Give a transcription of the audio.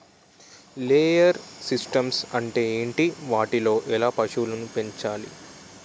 Layer systems అంటే ఏంటి? వాటిలో ఎలా పశువులను పెంచాలి?